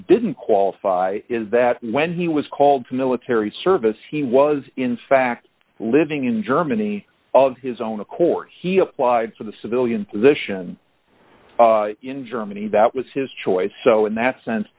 didn't qualify is that when he was called to military service he was in fact living in germany of his own accord he applied for the civilian position in germany that was his choice so in that sense